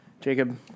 Jacob